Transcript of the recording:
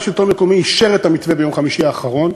מרכז השלטון המקומי אישר את המתווה ביום חמישי האחרון.